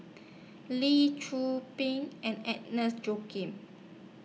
Lee Tzu Pheng and Agnes Joaquim